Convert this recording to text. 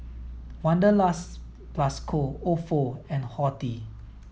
Wanderlust plus Co Ofo and Horti